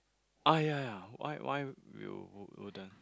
ah ya why why you would~ wouldn't